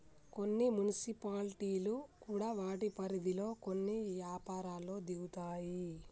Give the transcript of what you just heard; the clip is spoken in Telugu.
కొన్ని మున్సిపాలిటీలు కూడా వాటి పరిధిలో కొన్ని యపారాల్లో దిగుతాయి